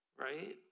Right